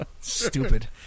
Stupid